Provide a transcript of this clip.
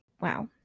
wow